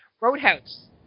Roadhouse